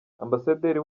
ambasaderi